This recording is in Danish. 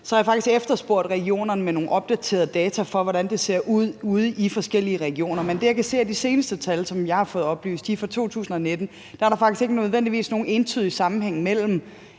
har jeg faktisk hos regionerne efterspurgt nogle opdaterede data for, hvordan det ser ud ude i forskellige regioner. Men det, jeg kan se af de seneste tal, som jeg har fået oplyst – de er fra 2019 – er, at der faktisk ikke nødvendigvis er nogen entydig sammenhæng mellem